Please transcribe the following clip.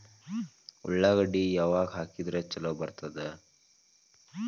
ಉಳ್ಳಾಗಡ್ಡಿ ಯಾವಾಗ ಹಾಕಿದ್ರ ಛಲೋ ಬರ್ತದ?